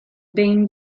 behin